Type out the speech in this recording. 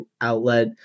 outlet